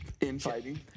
Infighting